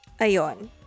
ayon